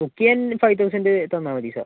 book ചെയ്യാൻ five thousand തന്നാൽ മതി സാർ